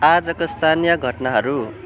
आजका स्थानीय घटनाहरू